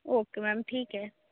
okay ma'am ठीक है